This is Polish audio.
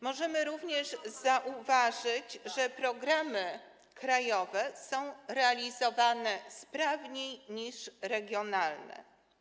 Możemy również zauważyć, że programy krajowe są realizowane sprawniej niż regionalne.